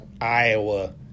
Iowa